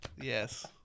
Yes